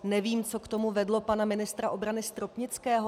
Nevím, co k tomu vedlo pana ministra obrany Stropnického.